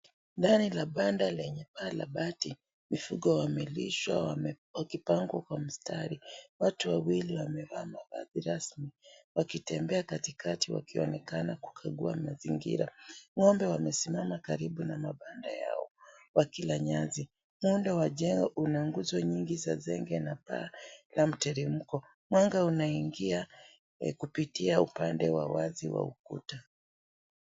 Ndani la banda lenye paa la bati , mifugo wamelishwa wakipangwa kwa mstari. Watu wawili wamevaa mavazi rasmi wakitembea katikati wakionekana kukagua mazingira. Ngombe wamesimama karibu na mabanda yao wakila nyasi. Muundo wa jengo una nguzo nyingi za zenge na paa la mteremko . Mwanga unaingia kupitia upande wa wazi wa ukuta.